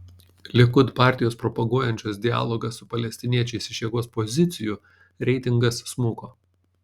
likud partijos propaguojančios dialogą su palestiniečiais iš jėgos pozicijų reitingas smuko